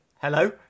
hello